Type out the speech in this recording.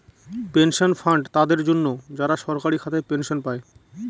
pension fund তাদের জন্য, যারা সরকারি খাতায় পেনশন পায়